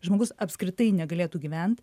žmogus apskritai negalėtų gyvent